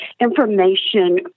information